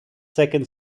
second